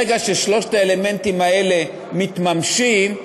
ברגע ששלושת האלמנטים האלה מתממשים,